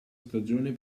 stagione